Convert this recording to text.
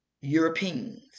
Europeans